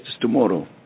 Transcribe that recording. tomorrow